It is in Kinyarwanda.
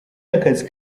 y’akazi